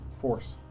Force